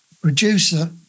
producer